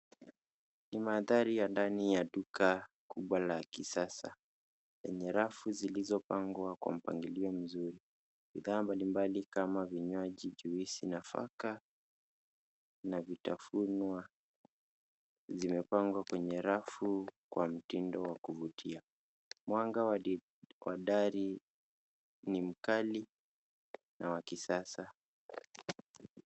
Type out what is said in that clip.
Ni mandhari ya ndani ya duka kubwa la kisasa lenye rafu zilizopangwa kwa mpangilio mzuri. Bidhaa mbalimbali kama vinywaji, juisi, nafaka na vitafunwa zimepangwa kwenye rafu kwa mtindo wa kuvutia. Mwanga wa dari ni mkali na wa kisasa .